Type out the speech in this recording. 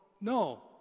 No